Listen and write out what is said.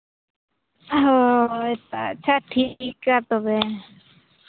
ᱦᱳᱭ ᱟᱪᱪᱷᱟ ᱴᱷᱤᱠ ᱜᱮᱭᱟ ᱛᱚᱵᱮ